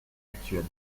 actuels